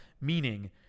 meaning